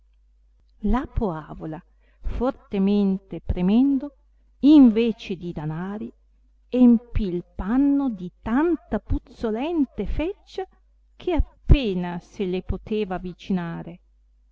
la poavola fortemente premendo invece di danari empì il panno di tanta puzzolente feccia che appena se le poteva avicinare